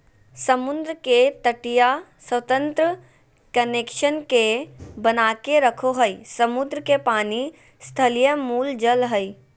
समुद्र के तटीय स्वतंत्र कनेक्शन के बनाके रखो हइ, समुद्र के पानी स्थलीय मूल जल हइ